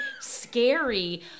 scary